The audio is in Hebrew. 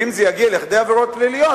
ואם זה יגיע לכדי עבירות פליליות,